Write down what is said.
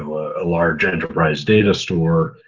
a large enterprise data store,